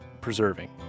preserving